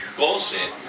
bullshit